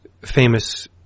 famous